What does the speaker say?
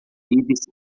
íris